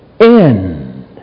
end